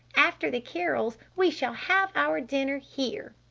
after the carols we shall have our dinner here.